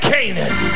Canaan